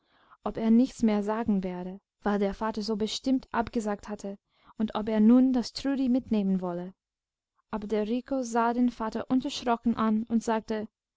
ob er nichts mehr sagen werde weil der vater so bestimmt abgesagt hatte und ob er nun das trudi mitnehmen wolle aber der rico sah den vater unerschrocken an und sagte